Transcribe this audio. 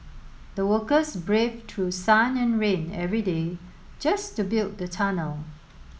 the workers braved to sun and rain every day just to build the tunnel